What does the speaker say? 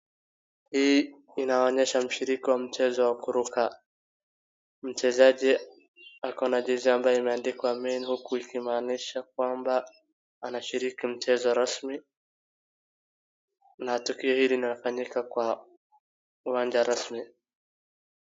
Hii inaonyesha mshiriki wa mchezo ya kuruka, mchezaji ako na jezi iliyoandikwa men huku ikimaanisha kwamba anashiriki mchezo rasmi na tukio hili inafanyika kwa uwanja rasmi.